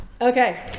okay